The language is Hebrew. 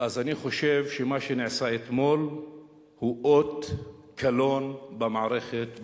אז אני חושב שמה שנעשה אתמול הוא אות קלון למערכת,